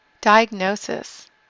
Diagnosis